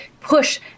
push